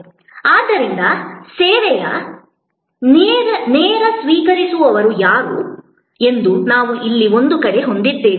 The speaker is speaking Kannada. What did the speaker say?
ಆದ್ದರಿಂದ ಸೇವೆಯ ನೇರ ಸ್ವೀಕರಿಸುವವರು ಯಾರು ಎಂದು ನಾವು ಇಲ್ಲಿ ಒಂದು ಕಡೆ ಹೊಂದಿದ್ದೇವೆ